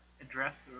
address